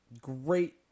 great